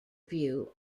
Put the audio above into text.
view